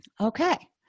Okay